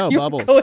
um bubbles